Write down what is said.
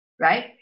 Right